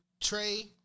Trey